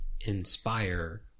inspire